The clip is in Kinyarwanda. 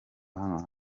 hano